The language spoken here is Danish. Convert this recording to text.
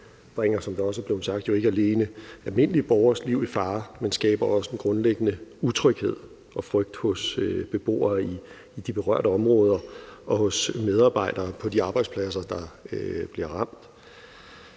rum bringer, som det også er blevet sagt, jo ikke alene almindelige borgeres liv i fare, men skaber også en grundlæggende utryghed og frygt hos beboere i de berørte områder og hos medarbejdere på de arbejdspladser, der bliver ramt.